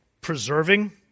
preserving